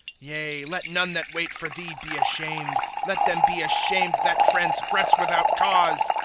yea, let none that wait for thee be ashamed let them be ashamed that transgress without cause.